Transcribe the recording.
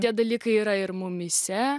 tie dalykai yra ir mumyse